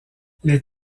les